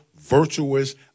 Virtuous